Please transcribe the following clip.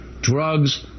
drugs